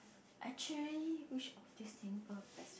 actually which of these symbol best